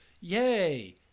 yay